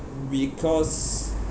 because